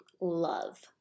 love